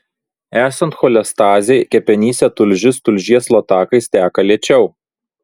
esant cholestazei kepenyse tulžis tulžies latakais teka lėčiau